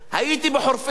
הייתי בחורפיש,